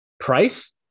Price